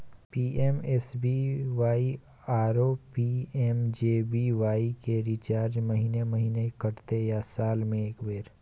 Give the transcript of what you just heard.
PMSBY आरो PMJBY के charge महीने महीना कटते या साल म एक बेर?